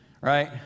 Right